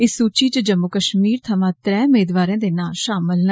इस सूचि च जम्मू कष्मीर थमां त्रै मेदवारें दे नां षामल न